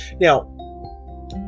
Now